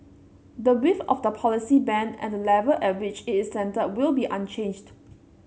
the width of the policy band and the level at which it's centred will be unchanged